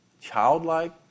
childlike